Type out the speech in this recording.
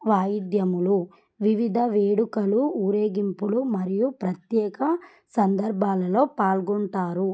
వాయిద్యాలు వివిధ వేడుకలు ఊరేగింపులు మరియు ప్రత్యేక సందర్భాలలో పాల్గొంటారు